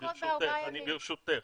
ברשותך,